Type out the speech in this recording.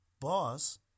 boss